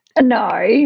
No